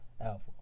Alpha